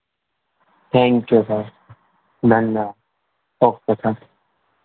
thank you sir धन्यवाद okay sir